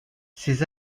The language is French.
ces